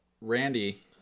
Randy